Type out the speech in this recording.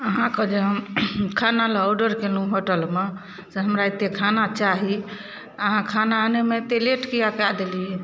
अहाँके जे हम खाना लए ऑडर केलहुॅं होटलमे से हमरा एते खाना चाही अहाँ खाना आनैमे एते लेट किए कए देलियै